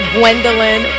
Gwendolyn